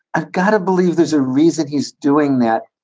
i've got to believe there's a reason he's doing that,